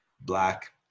Black